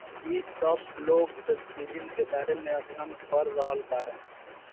इ सब लोग सीजन के बारे में अध्ययन कर रहल बाड़न